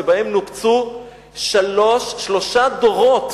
נופצו קברים של שלושה דורות